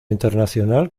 internacional